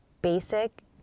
basic